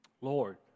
Lord